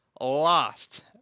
lost